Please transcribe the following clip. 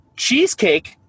Cheesecake